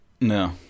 No